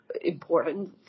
important